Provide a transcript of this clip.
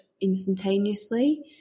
instantaneously